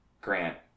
Grant